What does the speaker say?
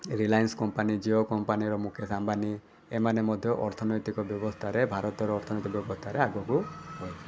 Reliance company Jio company Mukesh Ambani ଏମାନେ ମଧ୍ୟ ଅର୍ଥନୈତିକ ବ୍ୟବସ୍ଥାରେ ଭାରତର ଅର୍ଥନୈତିକ ପଥରେ ଆଗକୁ କରିଥାନ୍ତି